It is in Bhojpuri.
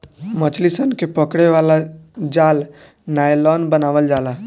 मछली सन के पकड़े वाला जाल नायलॉन बनावल जाला